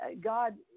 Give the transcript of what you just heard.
God